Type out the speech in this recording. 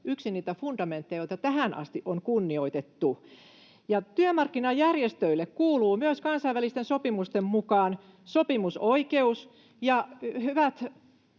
yksi niitä fundamentteja, joita tähän asti on kunnioitettu. Työmarkkinajärjestöille kuuluu myös kansainvälisten sopimusten mukaan sopimusoikeus.